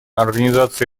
организации